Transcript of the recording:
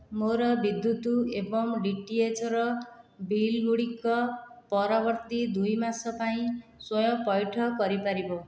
ମୋର ବିଦ୍ୟୁତ୍ ଏବଂ ଡିଟିଏଚ୍ର ବିଲ୍ଗୁଡ଼ିକ ପରବର୍ତ୍ତୀ ଦୁଇ ମାସ ପାଇଁ ସ୍ଵୟଂ ପଇଠ କରିପାରିବ